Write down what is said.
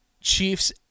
Chiefs